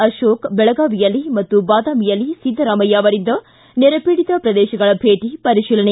ಅಶೋಕ್ ಬೆಳಗಾವಿಯಲ್ಲಿ ಮತ್ತು ಬಾದಾಮಿಯಲ್ಲಿ ಸಿದ್ದರಾಮಯ್ಯ ಅವರಿಂದ ನೆರೆಪೀಡಿತ ಪ್ರದೇಶಗಳ ಭೇಟಿ ಪರಿಶೀಲನೆ